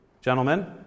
gentlemen